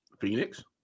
Phoenix